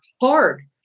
hard